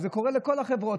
זה קורה בכל החברות,